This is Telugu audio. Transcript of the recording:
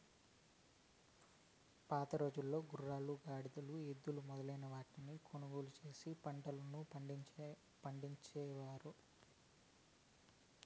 పాతరోజుల్లో గుర్రాలు, గాడిదలు, ఎద్దులు మొదలైన వాటిని కొనుగోలు చేసి పంటలు పండించడం చేసేవారు